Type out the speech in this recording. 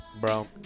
Bro